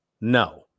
No